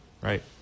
Right